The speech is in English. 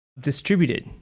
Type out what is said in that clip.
Distributed